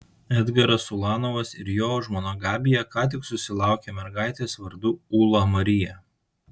edgaras ulanovas ir jo žmona gabija ką tik susilaukė mergaitės vardu ūla marija